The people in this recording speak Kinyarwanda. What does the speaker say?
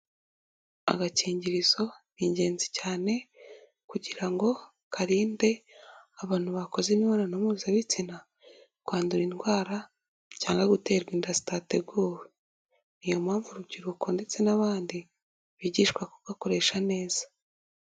Agakingirizo ni ingenzi cyane kugira ngo karinde abantu bakoze imibonano mpuzabitsina kwandura indwara cyanga guterwa inda zitateguwe, niyo mpamvu urubyiruko ndetse n'abandi bigishwa kugakoresha neza.